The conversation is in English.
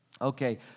Okay